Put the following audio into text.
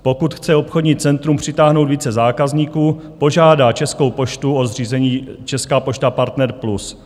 Pokud chce obchodní centrum přitáhnout více zákazníků, požádá Českou poštu o zřízení Česká pošta Partner Plus.